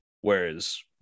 Whereas